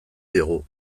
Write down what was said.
diogu